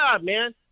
man